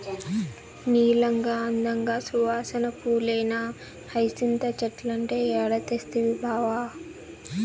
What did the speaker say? నీలంగా, అందంగా, సువాసన పూలేనా హైసింత చెట్లంటే ఏడ తెస్తవి బావా